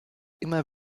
immer